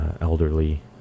elderly